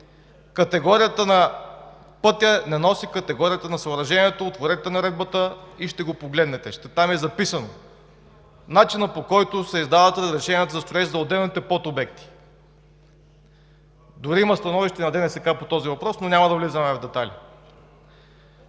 Категорията на пътя не носи категорията на съоръжението. Отворете наредбата и ще го погледнете. Там е записан начинът, по който се издават разрешенията за строеж за отделните подобекти. Дори има становище на ДНСК по този въпрос, но да не навлизаме в детайли.